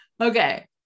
Okay